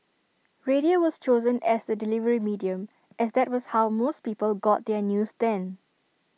radio was chosen as the delivery medium as that was how most people got their news then